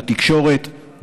בתקשורת,